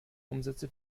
umsätze